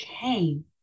came